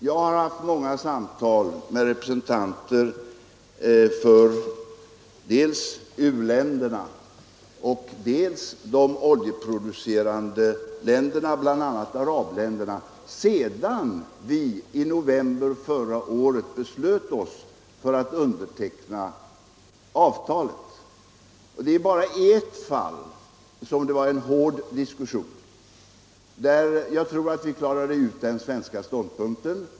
Jag har haft många samtal med representanter för både u-länderna och de oljeproducerande länderna — bl.a. arabländerna — sedan vi i november förra året beslöt oss för att underteckna avtalet, och det var bara i ett fall som det förekom en hård diskussion. Men också där tror jag att vi klarade ut den svenska ståndpunkten.